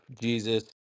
jesus